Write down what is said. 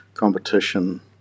competition